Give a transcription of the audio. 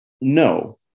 No